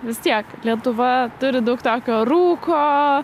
vis tiek lietuva turi daug tokio rūko